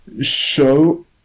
show